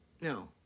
no